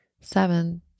seven